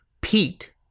Pete